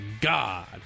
God